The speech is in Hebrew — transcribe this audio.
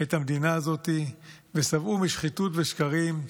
את המדינה הזאת, ושבעו משחיתות ושקרים.